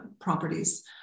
properties